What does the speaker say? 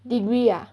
degree ah